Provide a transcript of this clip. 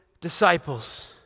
disciples